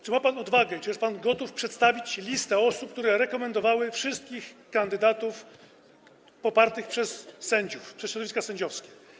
Czy ma pan odwagę, czy jest pan gotów przedstawić listę osób, które rekomendowały wszystkich kandydatów popartych przez sędziów, przez środowiska sędziowskie?